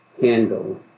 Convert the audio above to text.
handle